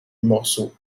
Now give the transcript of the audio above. morceau